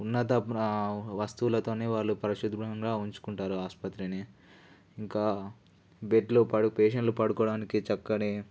ఉన్నత వస్తువులతోనే వాళ్ళు పరిశుభ్రంగా ఉంచుకుంటారు ఆసుపత్రిని ఇంకా బెడ్లు పడు పేషెంట్లు పడుకోవడానికి చక్కని